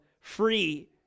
free